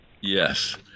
Yes